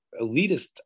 elitist